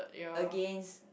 against